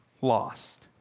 lost